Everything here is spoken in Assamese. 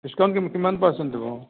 ডিস্কাউণ্ট কিমান পাৰ্চেণ্ট দিব